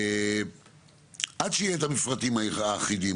עד שיהיו המפרטים האחידים,